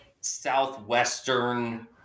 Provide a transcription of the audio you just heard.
southwestern